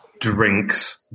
drinks